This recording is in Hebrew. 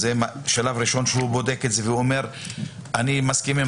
זה שלב ראשון שהוא בודק את זה ואומר שהוא מסכים עם